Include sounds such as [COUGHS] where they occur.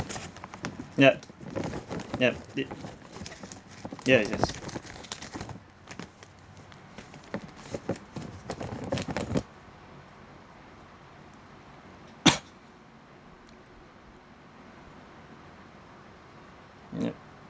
yup yup did ye~ yes [COUGHS] [NOISE] yup